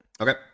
Okay